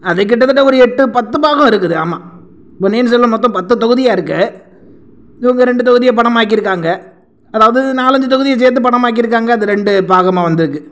அது கிட்டத்தட்ட ஒரு எட்டு பத்து பாகம் இருக்குது ஆமாம் பொன்னியின் செல்வன் மொத்தம் பத்து தொகுதியாக இருக்கு இவங்க ரெண்டு தொகுதியை படமாக்கிருக்காங்க அதாவது நாலஞ்சு தொகுதியை சேர்த்து படமாக்கிருக்காங்க அது ரெண்டு பாகமாக வந்துருக்கு